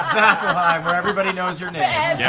vasselheim where everybody knows your name. yeah